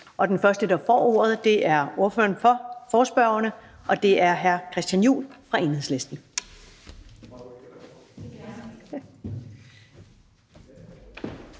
Den første, der får ordet, er ordføreren for forespørgerne, og det er hr. Christian Juhl fra Enhedslisten.